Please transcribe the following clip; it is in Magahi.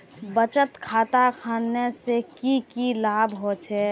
बचत खाता खोलने से की की लाभ होचे?